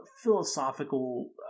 philosophical